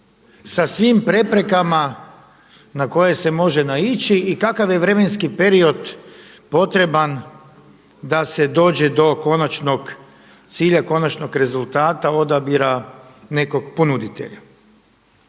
sa svim preprekama na koje se može naići i kakav je vremenski period potreban da se dođe do konačnog cilja, konačnog rezultata odabira nekog ponuditelja.